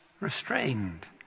restrained